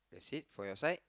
six for your side